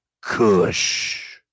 Kush